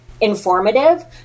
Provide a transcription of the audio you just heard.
informative